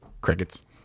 crickets